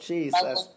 Jesus